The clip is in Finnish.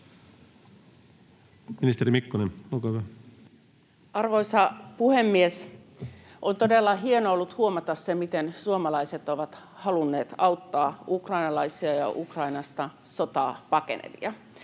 Arvoisa puhemies! On todella hienoa ollut huomata se, miten suomalaiset ovat halunneet auttaa ukrainalaisia ja Ukrainasta sotaa pakenevia,